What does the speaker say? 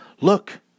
Look